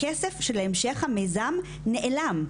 הכסף של המשך המיזם נעלם,